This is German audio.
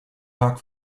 tag